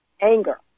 anger